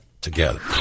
together